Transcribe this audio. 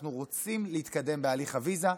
אנחנו רוצים להתקדם להליך הוויזה.